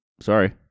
sorry